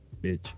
bitch